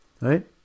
Right